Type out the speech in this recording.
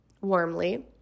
warmly